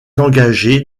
engagée